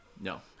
No